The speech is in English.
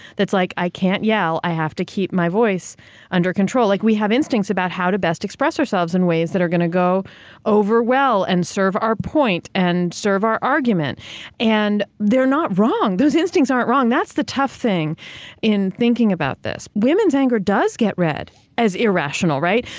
that's like i can't yell, i have to keep my voice under control. like we have instincts about how to best express ourselves in ways that are going to go over well and serve our point and serve our argument and they're not wrong. those instincts aren't wrong. that's the tough thing in thinking about this. women's anger goes get read as irrational, right?